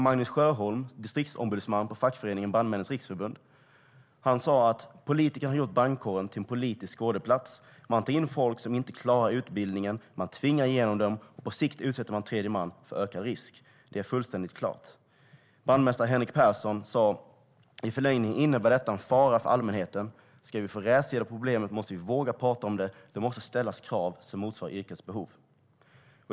Magnus Sjöholm, distriktombudsman på fackföreningen Brandmännens Riksförbund, har sagt att politikerna har gjort brandkåren till en politisk skådeplats. Man tar in folk som inte klarar utbildningen och tvingar igenom dem. På sikt utsätter man tredje man för ökad risk. Det är fullständigt klart, anser Magnus Sjöholm. Brandmästare Henrik Persson har sagt: "I förlängningen innebär detta en fara för allmänheten. Ska vi få rätsida på problemet måste vi våga prata om det, det måste ställas krav som motsvarar yrkets behov."